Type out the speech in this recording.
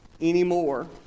Anymore